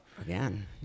Again